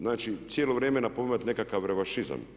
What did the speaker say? Znači, cijelo vrijeme napominjete nekakav revanšizam.